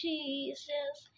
Jesus